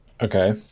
Okay